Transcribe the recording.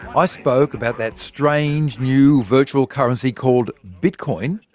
i spoke about that strange new virtual currency called bitcoin,